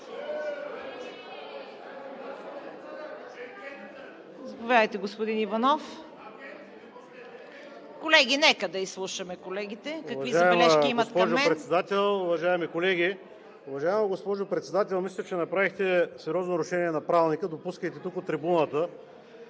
Уважаема госпожо Председател, уважаеми колеги! Уважаема госпожо Председател, мисля, че направихте сериозно нарушение на Правилника, допускайки тук от трибуната